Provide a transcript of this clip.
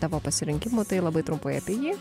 tavo pasirinkimų tai labai trumpai apie jį